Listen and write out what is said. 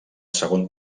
segon